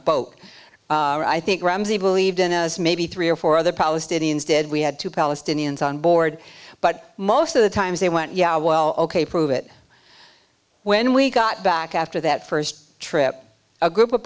boat i think ramsey believed in as maybe three or four other palestinians did we had two palestinians on board but most of the times they went yeah well ok prove it when we got back after that first trip a group of